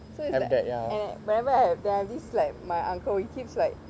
so it's like and whenever I have this like my uncle he keeps like